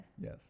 Yes